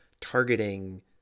targeting